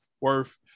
worth